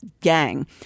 gang